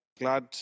Glad